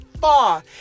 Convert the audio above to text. far